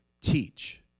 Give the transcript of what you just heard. teach